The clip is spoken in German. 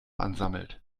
ansammelt